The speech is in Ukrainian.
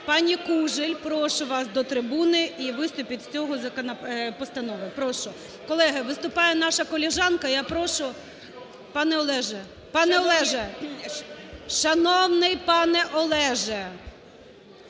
Пані Кужель, прошу вас до трибуни. І виступіть з цієї постанови. Прошу. Колеги, виступає наша колежанка, я прошу… Пане Олеже! Пане Олеже! Шановний пане Олеже!